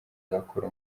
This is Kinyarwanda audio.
agakora